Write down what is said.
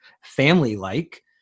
family-like